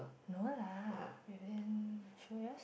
no lah within few years